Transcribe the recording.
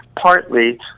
partly